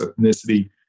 ethnicity